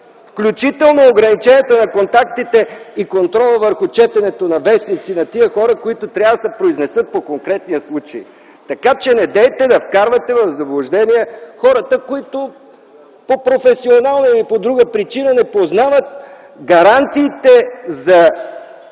включително ограничение на контактите и контрол върху четене на вестници от хората, които трябва да се произнесат по конкретния случай. Така, че не вкарвайте в заблуждение хората, които по професионална или друга причина не познават гаранциите за